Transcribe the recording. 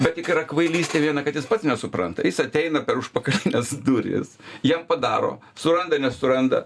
bet tik yra kvailystė viena kad jis pats nesupranta jis ateina per užpakalines duris jam padaro suranda nesuranda